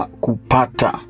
kupata